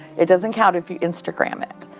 it doesn't count if you instagram it.